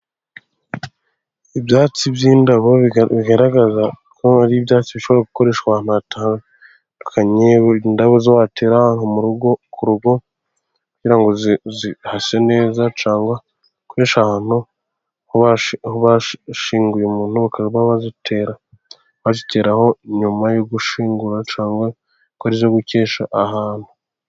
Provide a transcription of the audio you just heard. Ibyatsi by'indabo, bigaragaza ko ari ibyatsi bishobora gukoreshwa ahantu hatandukanye, indabo izo watera ku rugo kugira ngo hase neza cyangwa, gukoresha ahantu aho bashyinguye umuntu, bakaba baziteraho nyuma yo gushyinyingura, cyangwa se arizo gukesha ahantu.